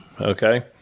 okay